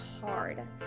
hard